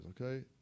okay